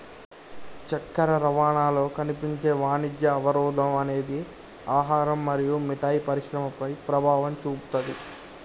చక్కెర రవాణాలో కనిపించే వాణిజ్య అవరోధం అనేది ఆహారం మరియు మిఠాయి పరిశ్రమపై ప్రభావం చూపుతాది